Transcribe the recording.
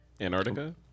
Antarctica